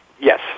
Yes